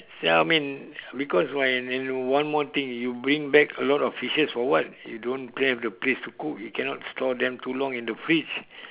ya I mean because why and and one more thing you bring back a lot of fishes for what you don't have the place to cook you cannot store them too long in the fridge